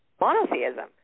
monotheism